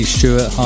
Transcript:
Stewart